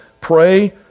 pray